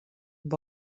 amb